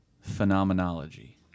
phenomenology